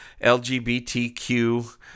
lgbtq